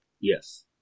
Yes